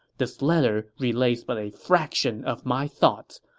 this letter relays but a fraction of my thoughts.